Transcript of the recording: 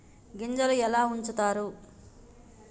గింజలు ఎలా ఉంచుతారు?